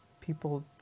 people